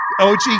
OG